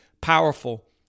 powerful